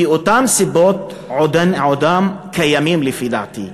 כי אותן סיבות עודן קיימות, לפי דעתי: